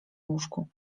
łóżku